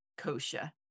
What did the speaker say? kosha